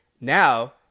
Now